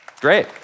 great